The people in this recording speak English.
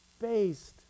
based